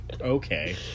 Okay